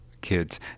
Kids